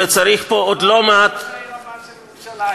וצריך פה עוד לא מעט, ראש העיר הבא של ירושלים.